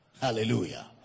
Hallelujah